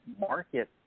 market